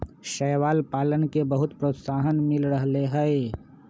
शैवाल पालन के बहुत प्रोत्साहन मिल रहले है